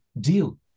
deal